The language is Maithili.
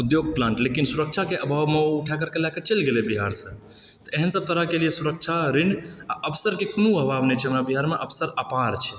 उद्योग प्लांट लेकिन सुरक्षा के अभाव मे ओ उठि करि के चलि गेलै बिहार से तऽ एहन सब तरह के सुरक्षा ऋण अवसर के कोनो अभाव नहि छै हमरा बिहारमे अवसर अपार छै